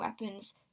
weapons